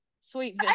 sweet